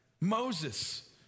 Moses